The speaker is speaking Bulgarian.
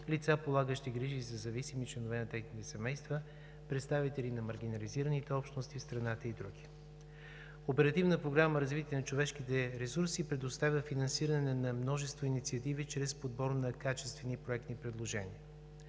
лица, полагащи грижи за зависими членове на техните семейства, представители на маргинализираните общности в страната и други. Оперативна програма „Развитие на човешките ресурси“ предоставя финансиране на множество инициативи чрез подбор на качествени проектни предложения.